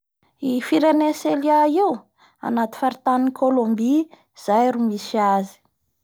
I firene Selia io anaty faritanin'ny Colombie izay ro nisy azy.